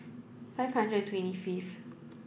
five hundred and twenty fifth